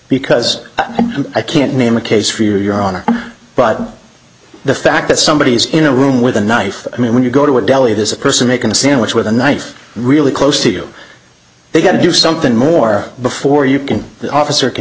because i can't name a case for your honor but the fact that somebody is in a room with a knife i mean when you go to a deli there's a person making a sandwich with a knife really close to you they've got to do something more before you can the officer can